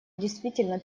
действительно